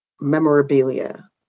memorabilia